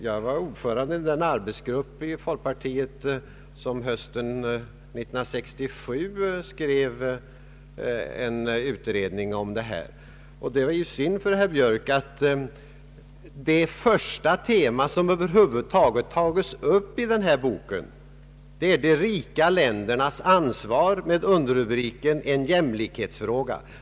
Jag var ordförande i den arbetsgrupp i folkpartiet som hösten 1967 skrev en utredning om biståndsverksamheten. Det är synd för herr Björks del att det första tema som tas upp i den här boken är de rika ländernas ansvar med underrubriken ”En jämlikhetsfråga”.